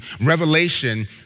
Revelation